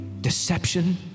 deception